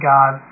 God